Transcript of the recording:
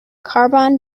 carbon